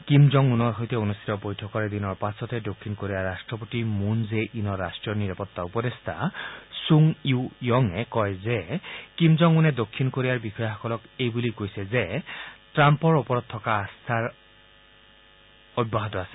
Kim Jong উনৰ সৈতে কৰা বৈঠকৰ এদিনৰ পাছতে দক্ষিণ কোৰিয়াৰ ৰাষ্ট্ৰপতি মুন জে ইনৰ ৰাষ্টীয় নিৰাপত্তা উপদেষ্টা ছুং ইউ ইয়ঙে কয় যে কিম জং উনে দক্ষিণ কোৰিয়াৰ বিষয়াসকলক এই বুলি কয় যে ট্ৰাম্পৰ ওপৰত থকা তেওঁৰ আস্থা অব্যাহত আছে